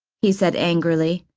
he said angrily.